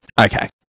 Okay